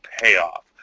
payoff